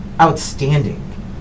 Outstanding